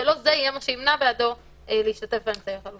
שזה לא יהיה מה שימנע בעדו להשתתף באמצעי החלופי.